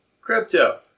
crypto